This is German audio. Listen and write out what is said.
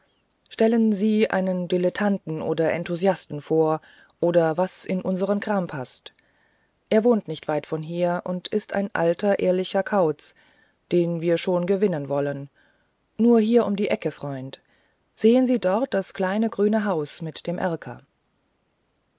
stellen sie einen dilettanten oder enthusiasten vor oder was in unseren kram paßt er wohnt nicht weit von hier und ist ein alter ehrlicher kauz den wir schon gewinnen wollen nur hier um die ecke freund sehen sie dort das kleine grüne haus mit dem erker